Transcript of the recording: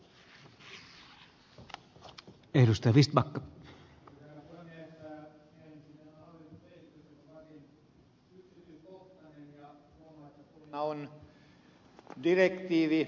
arvoisa herra puhemies